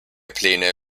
pläne